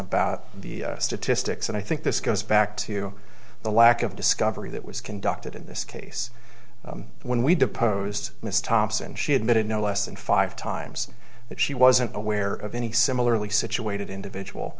about the statistics and i think this goes back to the lack of discovery that was conducted in this case when we deposed miss thompson she admitted no less than five times that she wasn't aware of any similarly situated individual